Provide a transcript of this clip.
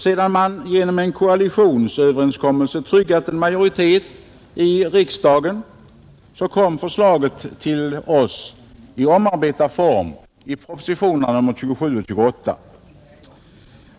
Sedan man genom en koalitionsöverenskommelse tryggat en majoritet i riksdagen kom förslaget till oss i omarbetad form i propositionerna 27 och 28.